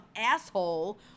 asshole